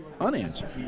unanswered